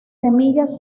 semillas